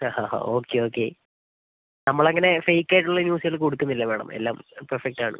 ആ ആഹ് ആ ഓക്കെ ഓക്കെ നമ്മളങ്ങനെ ഫെയ്ക്കായിട്ടുള്ള ന്യൂസുകൾ കൊടുക്കുന്നില്ല മാഡം എല്ലാം പെർഫെക്റ്റാണ്